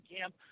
camp